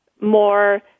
more